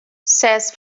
says